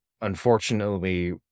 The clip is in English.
unfortunately